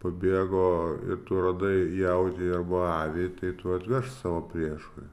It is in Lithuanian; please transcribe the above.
pabėgo ir tu radai jautį arba avį tai tu atvešk savo priešui